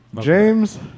James